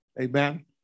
Amen